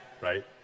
Right